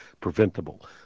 preventable